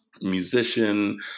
musician